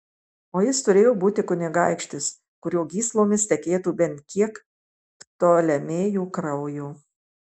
o jis turėjo būti kunigaikštis kurio gyslomis tekėtų bent kiek ptolemėjų kraujo